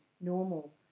normal